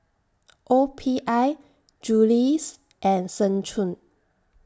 O P I Julie's and Seng Choon